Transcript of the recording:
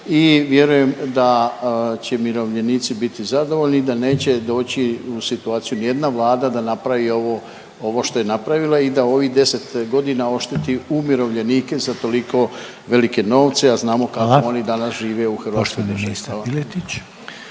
i vjerujem da će umirovljenici biti zadovoljni i da neće doći u situaciju ni jedna vlada na napravi ovo, ovo što je napravila i da ovih 10 godina ošteti umirovljenike za toliko velike novce, a znamo kako …/Upadica: Hvala./… oni